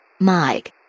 Mike